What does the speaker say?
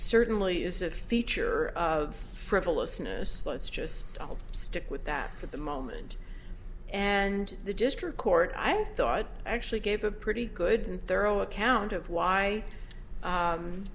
certainly is a feature of frivolousness let's just stick with that for the moment and the district court i thought actually gave a pretty good and thorough account of why